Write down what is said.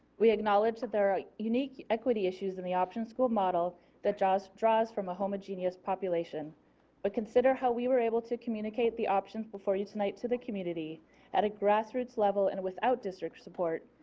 we acknowledge that there are unique equity issues in the option school model that draws draws from a homogeneous population but consider how we were able to communicate the option before you tonight to the community at a grassroots level and without district support.